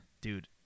dude